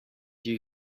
you